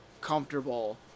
comfortable